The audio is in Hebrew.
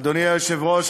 אדוני היושב-ראש,